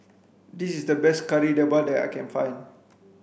this is the best Kari Debal that I can find